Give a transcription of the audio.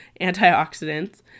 antioxidants